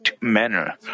manner